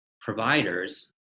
providers